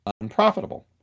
unprofitable